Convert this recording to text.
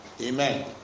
Amen